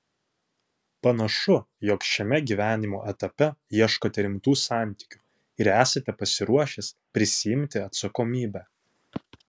panašu jog šiame gyvenimo etape ieškote rimtų santykių ir esate pasiruošęs prisiimti atsakomybę